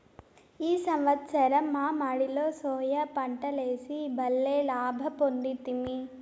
ఈ సంవత్సరం మా మడిలో సోయా పంటలేసి బల్లే లాభ పొందితిమి